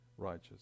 righteous